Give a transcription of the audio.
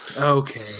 Okay